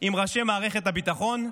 עם ראשי מערכת הביטחון,